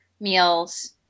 meals